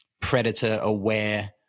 predator-aware